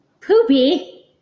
poopy